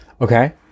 Okay